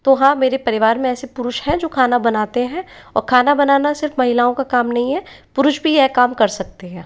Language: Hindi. तो हाँ मेरे परिवार में ऐसे पुरुष हैं जो खाना बनाते हैं और खाना बनाना सिर्फ़ महिलाओं का काम नहीं है पुरुष भी यह काम कर सकते हैं